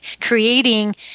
creating